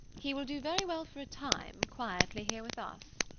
he will do very well for a time, quietly here with us.